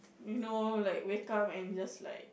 you know like wake up and just like